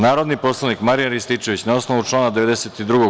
Narodni poslanik Marijan Rističević, na osnovu člana 92.